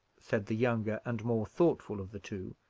said the younger and more thoughtful of the two,